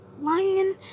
lion